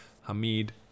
Hamid